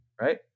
right